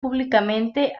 públicamente